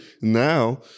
now